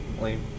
Lame